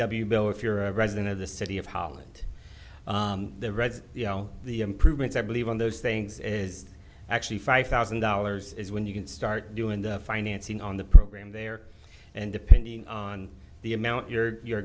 w bill if you're a resident of the city of holland the reds the all the improvements i believe on those things is actually five thousand dollars is when you can start doing the financing on the program there and depending on the amount you're